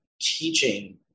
teaching